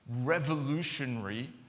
revolutionary